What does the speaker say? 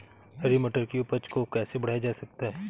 हरी मटर की उपज को कैसे बढ़ाया जा सकता है?